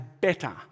better